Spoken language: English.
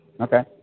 Okay